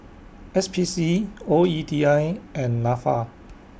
S P C O E T I and Nafa